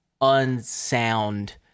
unsound